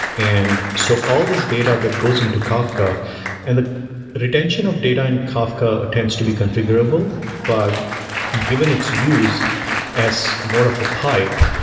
and so all these data that goes into kafka and the retention of data in kafka tends to be configurable, but given its use as more of a pipe,